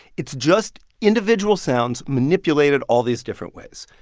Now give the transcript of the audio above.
it's just individual sounds manipulated all these different ways.